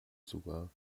sogar